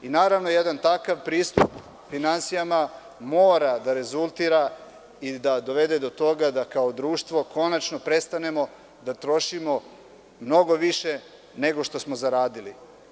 Naravno jedan takav pristup finansijama mora da rezultira i da dovede do toga da kao društvo konačno prestanemo da trošimo mnogo više nego što smo zaradili.